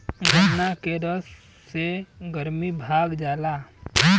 गन्ना के रस से गरमी भाग जाला